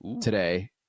today